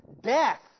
death